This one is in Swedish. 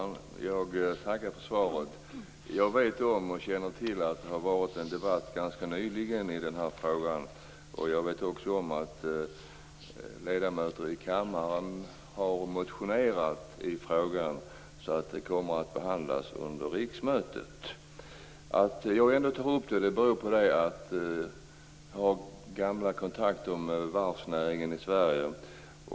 Fru talman! Jag tackar för svaret. Jag känner till att det har varit en debatt i den här frågan ganska nyligen. Jag vet också om att ledamöter i kammaren har motionerat i frågan så att den kommer att behandlas under riksmötet. Att jag ändå tar upp frågan beror på att jag har gamla kontakter med varvsnäringen i Sverige.